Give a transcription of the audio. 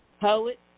Poet